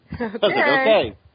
Okay